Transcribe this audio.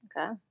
Okay